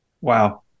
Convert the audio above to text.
Wow